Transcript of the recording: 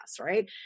right